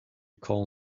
call